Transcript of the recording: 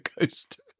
ghost